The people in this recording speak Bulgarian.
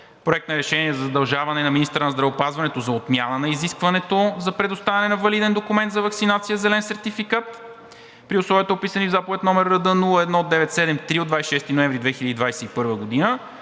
Проект на решение за задължаване на министъра на здравеопазването за отмяна на изискването за предоставяне на валиден документ за ваксинация – зелен сертификат, при условията, описани в Заповед № РД-01-973 от 26.11.2021 г.